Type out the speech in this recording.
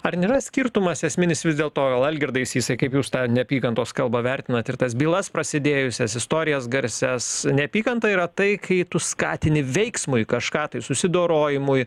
ar nėra skirtumas esminis vis dėlto algirdai sysai kaip jūs tą neapykantos kalbą vertinat ir tas bylas prasidėjusias istorijas garsias neapykanta yra tai kai tu skatini veiksmui kažką tai susidorojimui